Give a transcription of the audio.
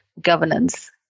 governance